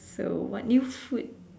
so what new food